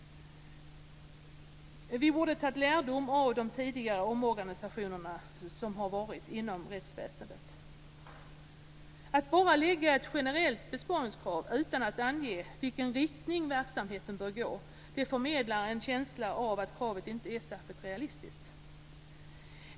Vi borde ha tagit lärdom av de tidigare omorganisationerna inom rättsväsendet. Att bara lägga ett generellt besparingskrav utan att ange i vilken riktning verksamheten bör gå förmedlar en känsla av att kravet inte är särskilt realistiskt.